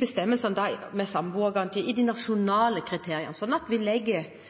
bestemmelsene med samboergaranti i de nasjonale kriteriene, sånn at vi